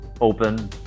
open